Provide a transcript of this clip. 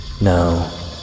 No